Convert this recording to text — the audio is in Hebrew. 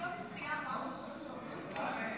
אדוני.